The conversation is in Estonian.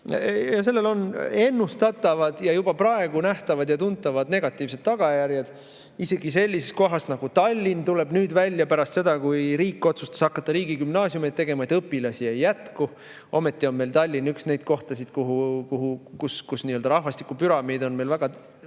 Sellel on ennustatavad ja juba praegu nähtavad ja tuntavad negatiivsed tagajärjed. Isegi sellises kohas nagu Tallinn tuli nüüd pärast seda, kui riik otsustas hakata riigigümnaasiume tegema, välja, et ka seal õpilasi ei jätku. Ometi on meil Tallinn üks neid kohtasid, kus nii-öelda rahvastikupüramiid on meil väga